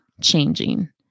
changing